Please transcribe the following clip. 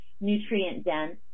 nutrient-dense